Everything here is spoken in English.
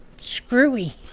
screwy